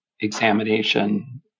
examination